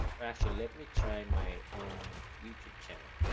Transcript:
actually let me try my own youtube channel